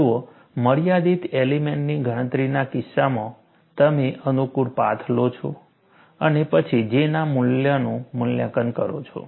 જુઓ મર્યાદિત એલિમેન્ટની ગણતરીના કિસ્સામાં તમે અનુકૂળ પાથ લો છો અને પછી J ના મૂલ્યનું મૂલ્યાંકન કરો છો